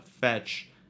fetch